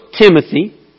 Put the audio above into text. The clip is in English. Timothy